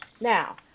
now